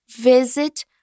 visit